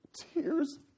tears